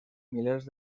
milers